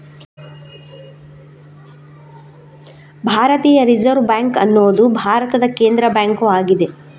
ಭಾರತೀಯ reserve bank ಅನ್ನುದು ಭಾರತದ ಕೇಂದ್ರ ಬ್ಯಾಂಕು ಆಗಿದೆ